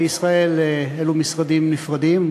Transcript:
בישראל אלו משרדים נפרדים,